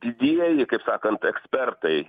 didieji kaip sakant ekspertai